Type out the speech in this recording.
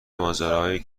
ماجراهایی